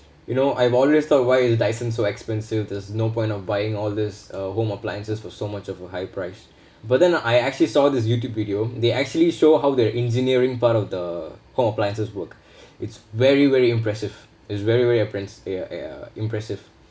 you know I've always thought why is the dyson so expensive there's no point of buying all this uh home appliances with so much of a high price but then I actually saw this youtube video they actually show how their engineering part of the home appliances work it's very very impressive is very very appre~ uh uh impressive